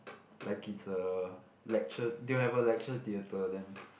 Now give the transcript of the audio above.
like it's a lecture they have a lecture theatre then